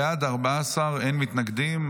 בעד 14, אין מתנגדים.